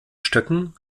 stöcken